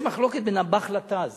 יש מחלוקת בין הב"ח, ה"בית חדש", לט"ז,